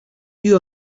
you